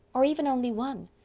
or even only one?